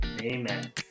Amen